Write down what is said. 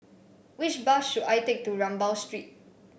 which bus should I take to Rambau Street